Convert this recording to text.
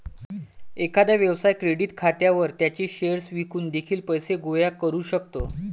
एखादा व्यवसाय क्रेडिट खात्यावर त्याचे शेअर्स विकून देखील पैसे गोळा करू शकतो